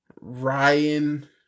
Ryan